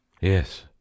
Yes